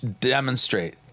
demonstrate